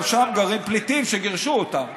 גם שם גרים פליטים שגירשו אותם.